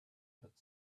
put